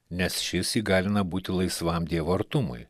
nes šis įgalina būti laisvam dievo artumui